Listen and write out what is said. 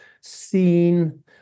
seen